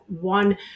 one